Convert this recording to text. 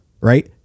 Right